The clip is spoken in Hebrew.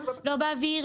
לא באוויר,